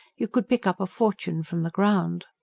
you could pick up a fortune from the ground.